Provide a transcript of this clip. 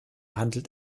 handelt